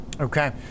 Okay